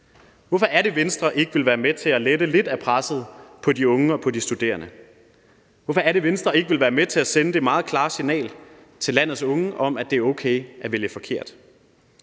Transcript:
Hvorfor er det, at Venstre ikke vil være med til at lette lidt af presset på de unge og de studerende? Hvorfor er det, at Venstre ikke vil være med til at sende det meget klare signal til landets unge om, at det er okay at vælge forkert?